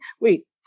wait